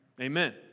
Amen